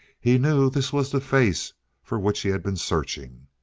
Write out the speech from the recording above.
he knew this was the face for which he had been searching.